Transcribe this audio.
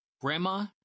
Grandma